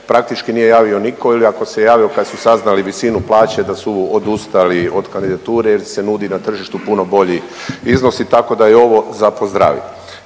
praktički nije javio nitko ili ako se javio, kad su saznali visinu plaće, da su odustali od kandidature jer se nudi na tržištu puno bolji iznosi, tako da je ovo za pozdraviti.